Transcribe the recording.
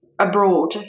abroad